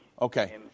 okay